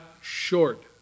short